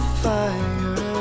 fire